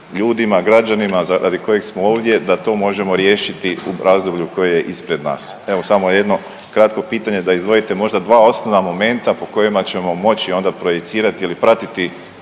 ljudima, građanima radi kojih smo ovdje da to možemo riješiti u razdoblju koje je ispred nas. Evo, samo jedno kratko pitanje da izdvojite možda dva osnovna momenta po kojima ćemo moći onda projicirati ili pratiti